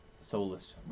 Soulless